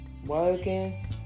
Working